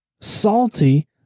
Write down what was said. salty